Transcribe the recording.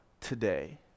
today